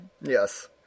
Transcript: Yes